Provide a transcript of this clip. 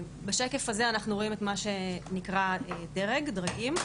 בשקף הזה אנחנו רואים את מה שנקרא דרג, דרגים.